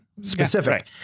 specific